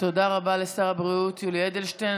תודה רבה לשר הבריאות יולי אדלשטיין.